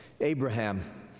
Abraham